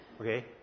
Okay